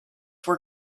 were